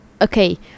Okay